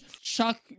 Chuck